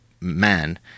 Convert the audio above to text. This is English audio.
man